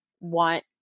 want